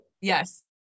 Yes